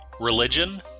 Religion